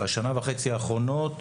בשנה וחצי האחרונות,